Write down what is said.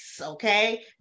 okay